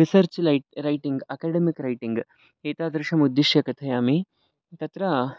research लैट् writing academic writing एतादृशमुद्दिश्य कथयामि तत्र